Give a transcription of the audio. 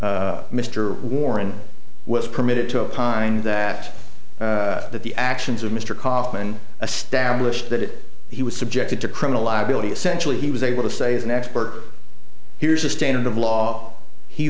case mr warren was permitted to opine that that the actions of mr kaufman a stablished that he was subjected to criminal liability essentially he was able to say as an expert here's a standard of law he